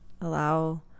Allow